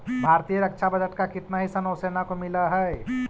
भारतीय रक्षा बजट का कितना हिस्सा नौसेना को मिलअ हई